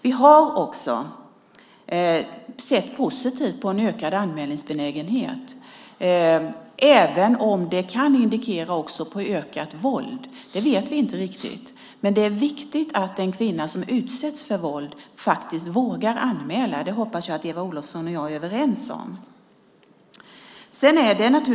Vi har också sett positivt på en ökad anmälningsbenägenhet även om det kan indikera också ökat våld. Det vet vi inte riktigt. Men det är viktigt att den kvinna som utsätts för våld faktiskt vågar anmäla. Det hoppas jag att Eva Olofsson och jag är överens om.